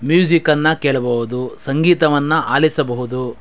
ಮ್ಯೂಸಿಕನ್ನು ಕೇಳ್ಬಹುದು ಸಂಗೀತವನ್ನು ಆಲಿಸಬಹುದು